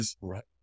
right